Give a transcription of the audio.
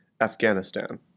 Afghanistan